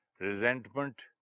Resentment